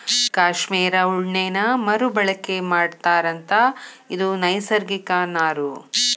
cashmere ಉಣ್ಣೇನ ಮರು ಬಳಕೆ ಮಾಡತಾರಂತ ಇದು ನೈಸರ್ಗಿಕ ನಾರು